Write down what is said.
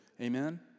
Amen